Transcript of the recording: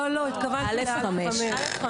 לא, לא, התכוונתי ל-(א)(5).